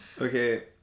Okay